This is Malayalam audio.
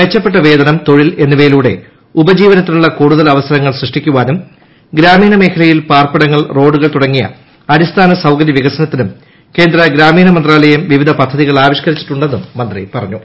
മെച്ചപ്പെട്ട വേതനം തൊഴിൽ എന്നിവയിലൂടെ ഉപജീവനത്തിനുള്ള കൂടുതൽ അവസരങ്ങൾ സൃഷ്ടിക്കുവാനും ഗ്രാമീണ മേഖലയിൽ പാർപ്പിടങ്ങൾ റോഡുകൾ തുടങ്ങിയ അടിസ്ഥാന സൌകര്യ വികസനത്തിനും കേന്ദ്ര ഗ്രാമീണ മന്ത്രാലയം വിവിധ പദ്ധതികൾ ആവിഷ്കരിച്ചിട്ടുണ്ടെന്നും മന്ത്രി പറഞ്ഞു